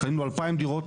קנינו 2000 דירות.